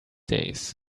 days